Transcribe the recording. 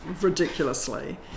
ridiculously